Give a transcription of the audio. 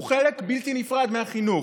הוא חלק בלתי נפרד מהחינוך,